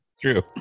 true